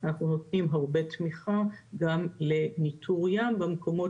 אנחנו נותנים הרבה תמיכה גם לניטור ים במקומות